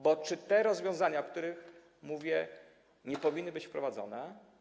Bo czy te rozwiązania, o których mówię, nie powinny być wprowadzone?